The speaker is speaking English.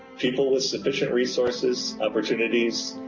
people with sufficient resources, opportunities,